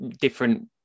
different